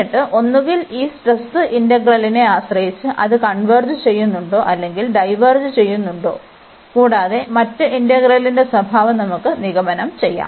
എന്നിട്ട് ഒന്നുകിൽ ഈ സ്ട്രെസ് ഇന്റഗ്രലിനെ ആശ്രയിച്ച് അത് കൺവെർജ് ചെയ്യുന്നുണ്ടോ അല്ലെങ്കിൽ ഡൈവേർജ് ചെയ്യുന്നുണ്ടോ കൂടാതെ മറ്റ് ഇന്റഗ്രലിന്റെ സ്വഭാവം നമുക്ക് നിഗമനം ചെയ്യാം